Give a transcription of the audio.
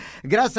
gracias